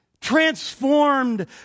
transformed